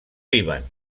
líban